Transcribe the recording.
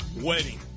wedding